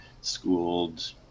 schooled